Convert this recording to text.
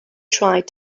tried